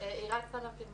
אי-אפשר להעלות אותה בלי